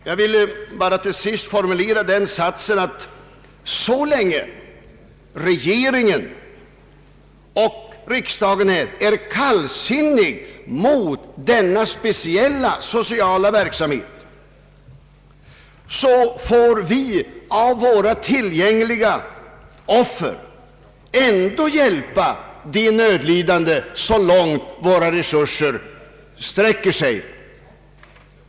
Jag vill bara till sist formulera den satsen att så länge regeringen och riksdagen är kallsinniga mot denna speciella sociala verksamhet, så får vi av våra tillgängliga offer ändå hjälpa de nödlidande så långt våra resurser sträcker sig.